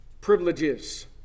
privileges